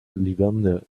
levanter